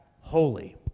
holy